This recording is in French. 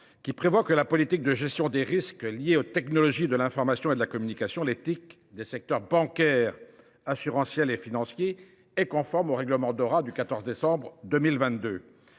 qui prévoit que la politique de gestion des risques liés aux technologies de l’information et de la communication (TIC) des secteurs bancaire, assurantiel et financier est conforme au règlement Dora du 14 décembre 2022.